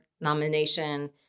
nomination